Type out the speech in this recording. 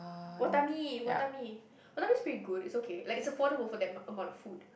Watami Watami Watami's pretty good it's okay like it's affordable for that amount amount of food